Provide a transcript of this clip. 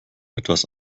etwas